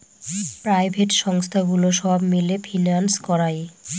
private সংস্থাগুলো সব মিলে ফিন্যান্স করায়